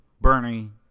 Bernie